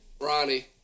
Ronnie